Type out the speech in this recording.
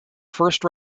first